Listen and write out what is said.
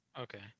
okay